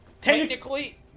technically